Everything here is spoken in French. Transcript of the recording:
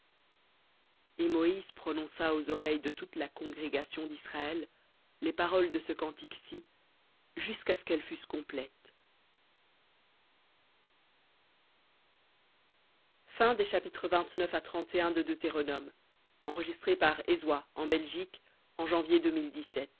et moïse prononça aux oreilles de toute la congrégation d'israël les paroles de ce cantique ci jusqu'à ce qu'elles fussent complètes chapitre